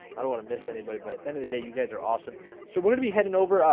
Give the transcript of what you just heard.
i don't want to miss anybody, but at the end of the day you guys are awesome so we're gonna be heading over. ah